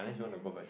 nevermind ah